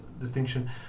distinction